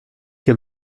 che